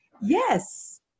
yes